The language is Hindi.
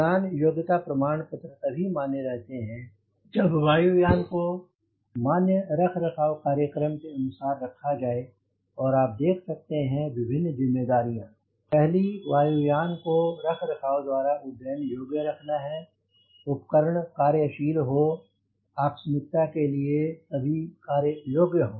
उड़ान योग्यता प्रमाण पत्र तभी मान्य रहते हैं जब वायु यान को मान्य रखरखाव कार्यक्रम के अनुसार रखा जाए आप देख सकते हैं विभिन्न जिम्मेदारियां पहली वायु यान को रखरखाव द्वारा उड्डयन योग्य रखना है उपकरण कार्यशील हो आकस्मिकता के लिए सभी कार्य योग्य हों